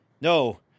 No